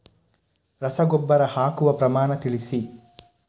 ರಸಗೊಬ್ಬರ ಹಾಕುವ ಪ್ರಮಾಣ ತಿಳಿಸಿ